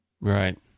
Right